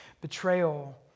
betrayal